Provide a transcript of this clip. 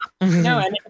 no